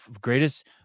greatest